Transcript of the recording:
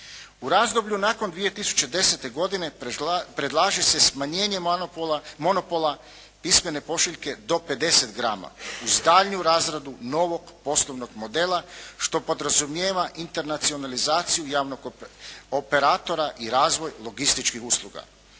U razdoblju nakon 2010. godine predlaže se smanjenje monopola pismene pošiljke do 50 grama uz daljnju razradu novog poslovnog modela, što podrazumijeva internacionalizaciju javnog operatora i razvoj logističkih usluga.